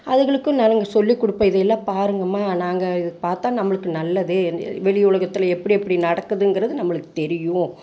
அதுங்களுக்கும் நாங்கள் சொல்லி கொடுப்பன் இதை எல்லாம் பாருங்கம்மா நாங்கள் இது பார்த்தா நம்மளுக்கு நல்லது வெளி உலகத்தில் எப்படி எப்படி நடக்குதுங்கிறது நம்மளுக்கு தெரியும்